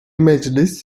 meclis